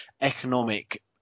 economic